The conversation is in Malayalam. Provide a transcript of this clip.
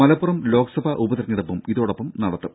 മലപ്പുറം ലോക്സഭാ ഉപതെരഞ്ഞെടുപ്പും ഇതോടൊപ്പം നടത്തും